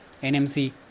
NMC